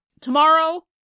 Tomorrow